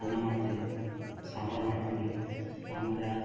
ಅನ್ನ ಮಾಡ್ತೀನಿ ಸಾಂಬರು ಮಾಡ್ತೀನಿ ಆಮೇಲೆ